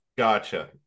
Gotcha